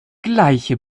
gleiche